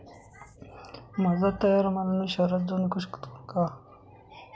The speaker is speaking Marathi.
माझा तयार माल मी शहरात जाऊन विकू शकतो का?